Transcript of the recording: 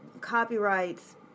copyrights